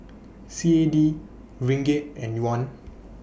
C A D Ringgit and Yuan